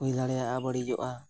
ᱦᱩᱭ ᱫᱟᱲᱮᱭᱟᱜᱼᱟ ᱵᱟᱹᱲᱤᱡᱚᱜᱼᱟ